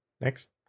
Next